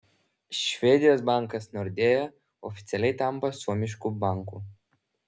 švedijos bankas nordea oficialiai tampa suomišku banku